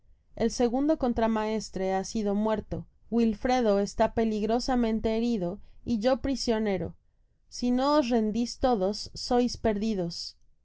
el segundo contramaestre ha sido muerto wilfredo está peligrosamente herido y yo prisionero si no os rendis todos sois perdidos